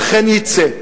אכן יצא.